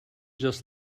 just